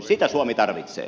sitä suomi tarvitsee